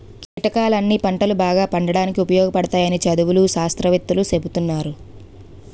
కీటకాలన్నీ పంటలు బాగా పండడానికి ఉపయోగపడతాయని చదువులు, శాస్త్రవేత్తలూ సెప్తున్నారు